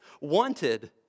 wanted